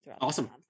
Awesome